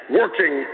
working